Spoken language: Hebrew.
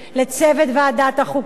לצוות ועדת החוקה,